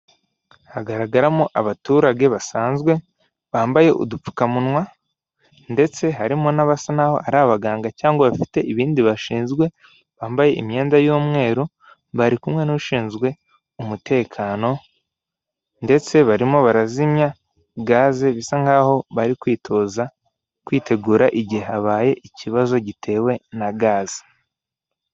Hagaragaramo abaturage basanzwe bambaye udupfukamunwa ndetse harimo n'abasa naho ari abaganga cyangwa bafite ibindi bashinzwe bambaye imyenda y'umweru, barikumwe n'ushinzwe umutekano ndetse barimo barazimya gaze bisa nkaho bari kwitoza kwitegura igihe habaye ikibazo gitewe na gaze.